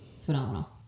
Phenomenal